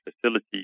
facility